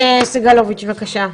סגלוביץ', בבקשה.